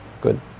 Good